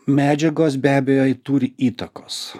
medžiagos be abejo turi įtakos